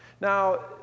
Now